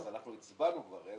אנחנו הצבענו כבר.